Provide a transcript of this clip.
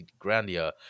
Grandia